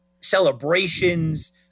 celebrations